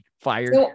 fired